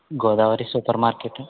Godavari super market